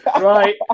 Right